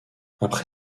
après